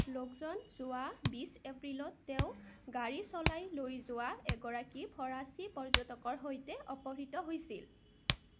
লোকজন যোৱা বিছ এপ্ৰিলত তেওঁ গাড়ী চলাই লৈ যোৱা এগৰাকী ফৰাচী পৰ্যটকৰ সৈতে অপহৃত হৈছিল